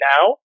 now